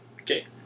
Okay